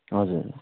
हजुर